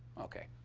okay.